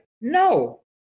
no